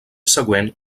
següent